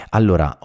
allora